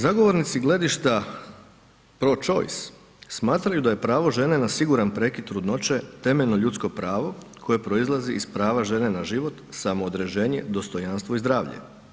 Zagovornici gledišta pro-choice smatraju da je pravo žene na siguran prekid trudnoće temeljno ljudsko pravo koje proizlazi iz prava žene na život, samoodređenje, dostojanstvo i zdravlje.